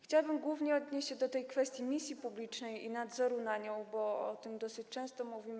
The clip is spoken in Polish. Chciałabym głównie odnieść się do kwestii misji publicznej i nadzoru nad nią, bo o tym dosyć często mówimy.